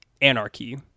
anarchy